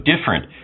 different